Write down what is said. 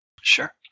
Sure